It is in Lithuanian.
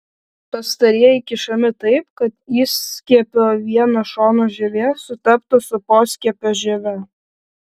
pastarieji kišami taip kad įskiepio vieno šono žievė sutaptų su poskiepio žieve